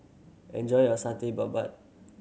enjoy your babat